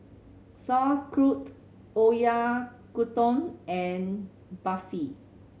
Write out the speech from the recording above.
Sauerkraut Oyakodon and Barfi